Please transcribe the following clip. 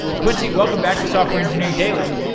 quincy, welcome back to software engineering daily.